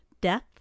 Death